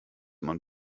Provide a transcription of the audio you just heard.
man